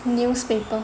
newspaper